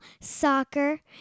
soccer